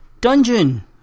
Dungeon